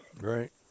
right